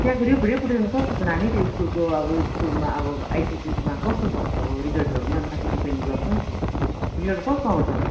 त्यहाँको रेपु रेप्युटेसन कस्तो छ नानी त्यो स्कुलको अब स्कुलमा अब आइसीएससी उसमा कस्तो छ अब रिजल्टहरूमा माथि डिपेन्ट गर्छ नि त रिजल्ट कस्तो आउँछ